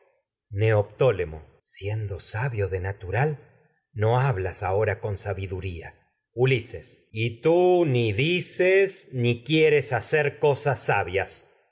neoptólemo siendo sabio de natural no hablas ahora con sabiduría ulises y tú ni dices ni quieres hacer cosas sabias